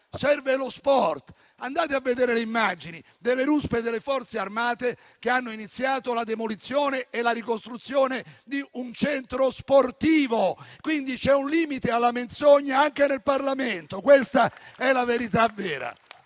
Serve lo sport, andate a vedere le immagini delle ruspe delle Forze armate che hanno iniziato la demolizione e la ricostruzione di un centro sportivo. C'è un limite alla menzogna, anche nel Parlamento. Questa è la verità.